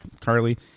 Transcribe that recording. Carly